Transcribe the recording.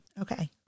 Okay